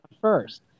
first